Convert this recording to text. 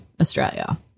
Australia